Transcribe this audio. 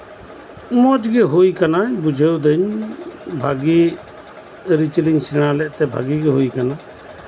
ᱢᱚᱸᱡ ᱜᱮ ᱦᱩᱭ ᱠᱟᱱᱟ ᱵᱩᱡᱷᱟᱹᱣᱫᱟᱹᱧ ᱵᱷᱟᱹᱜᱤ ᱟᱹᱨᱤᱪᱟᱞᱤ ᱥᱮᱬᱟ ᱞᱮᱫ ᱛᱮ ᱵᱷᱟᱹᱜᱤ ᱜᱮ ᱦᱩᱭ ᱠᱟᱱᱟ